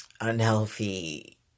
unhealthy